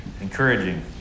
encouraging